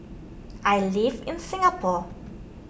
I live in Singapore